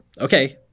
okay